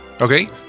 Okay